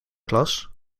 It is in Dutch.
klas